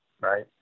right